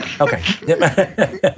Okay